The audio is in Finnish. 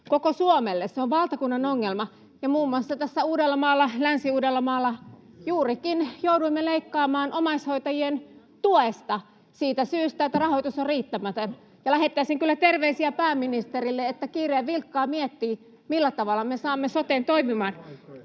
koko Suomelle. Se on valtakunnan ongelma, ja muun muassa tässä Uudellamaalla, Länsi-Uudellamaalla, juurikin jouduimme leikkaamaan omaishoitajien tuesta siitä syystä, että rahoitus on riittämätön. Ja lähettäisin kyllä terveisiä pääministerille, että kiireen vilkkaa miettii, millä tavalla me saamme soten toimimaan.